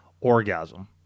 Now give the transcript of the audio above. orgasm